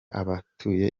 abatuye